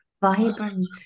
vibrant